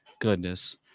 Goodness